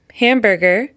hamburger